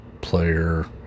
player